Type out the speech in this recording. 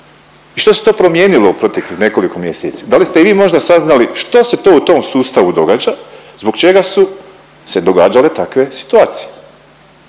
I što se to promijenilo u proteklih nekoliko mjeseci? Da li ste i vi možda saznali što se to u tom sustavu događa zbog čega su se događale takve situacije?